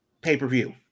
pay-per-view